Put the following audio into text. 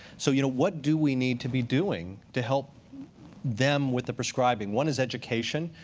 so you know, what do we need to be doing to help them with the prescribing? one is education.